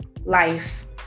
life